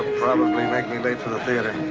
probably make me late for the theater.